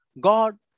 God